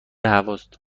هواست